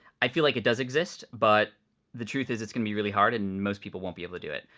i feel like it does exist but the truth is it's gonna be really hard and most people won't be able to do it.